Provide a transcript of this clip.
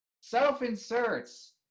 Self-inserts